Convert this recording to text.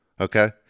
okay